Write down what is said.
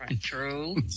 true